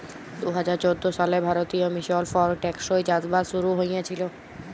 দু হাজার চোদ্দ সালে জাতীয় মিশল ফর টেকসই চাষবাস শুরু হঁইয়েছিল